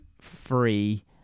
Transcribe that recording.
free